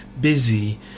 busy